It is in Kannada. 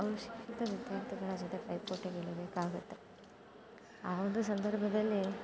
ಅವರು ಶಿಕ್ಷಿತ ವಿದ್ಯಾರ್ಥಿಗಳ ಜೊತೆ ಪೈಪೋಟಿಗಿಳಿಯಬೇಕಾಗುತ್ತೆ ಆ ಒಂದು ಸಂದರ್ಭದಲ್ಲಿ